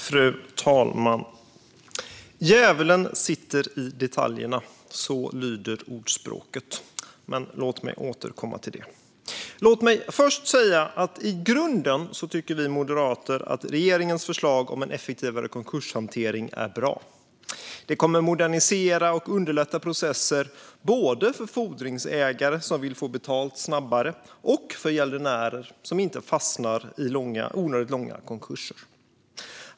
Fru talman! Djävulen sitter i detaljerna. Så lyder ordspråket, men låt mig återkomma till det. Låt mig först säga att i grunden tycker vi moderater att regeringens förslag om en effektivare konkurshantering är bra. Den kommer att modernisera och underlätta processer både för fordringsägare som vill få betalt snabbare och för gäldenärer som inte fastnar i onödigt långa konkurser.